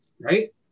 Right